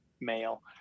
male